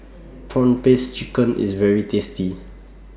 Prawn Paste Chicken IS very tasty